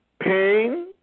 pain